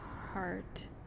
heart